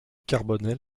carbonel